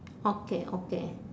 okay okay